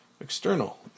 external